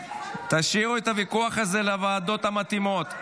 תשאירו את הוויכוח הזה לוועדות המתאימות.